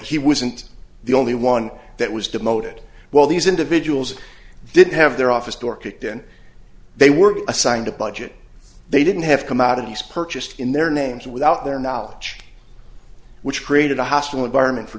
she was and the only one that was demoted while these individuals didn't have their office door kicked in they were assigned a budget they didn't have commodities purchased in their names without their knowledge which created a hostile environment for